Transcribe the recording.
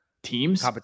Teams